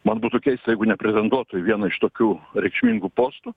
man būtų keista jeigu nepretenduotų į vieną iš tokių reikšmingų postų